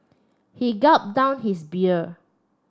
he gulp down his beer